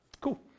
Cool